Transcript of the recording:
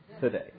today